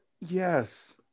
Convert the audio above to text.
yes